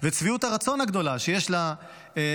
ואת שביעות הרצון הגדולה שיש ליצואנים